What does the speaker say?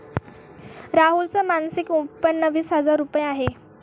राहुल च मासिक उत्पन्न वीस हजार रुपये आहे